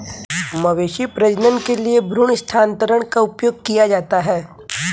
मवेशी प्रजनन के लिए भ्रूण स्थानांतरण का उपयोग किया जाता है